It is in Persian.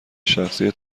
شخصی